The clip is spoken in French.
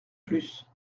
plus